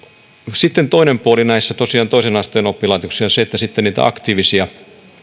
sitten toinen puoli näissä toisen asteen oppilaitoksissa on se että sitten niitä aktiivisia